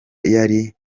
yari